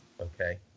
okay